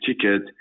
ticket